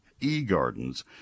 eGardens